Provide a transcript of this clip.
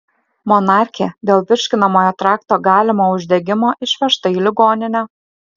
monarchė dėl virškinamojo trakto galimo uždegimo išvežta į ligoninę